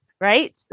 Right